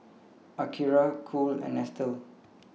Akira Cool and Nestle